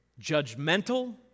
judgmental